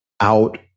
out